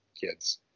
kids